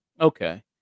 Okay